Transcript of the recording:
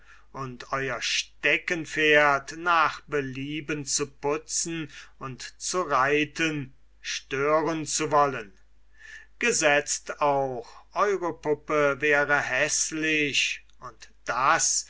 und euer steckenpferd nach belieben zu putzen und zu reiten stören zu wollen gesetzt auch eure puppe wäre häßlich und das